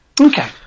Okay